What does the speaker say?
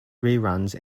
reruns